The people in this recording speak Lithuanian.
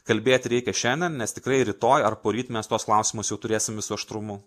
kalbėti reikia šiandien nes tikrai rytoj ar poryt mes tuos klausimus jau turėsim visu aštrumu